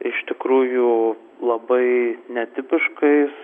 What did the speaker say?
iš tikrųjų labai netipiškais